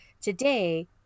Today